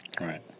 Right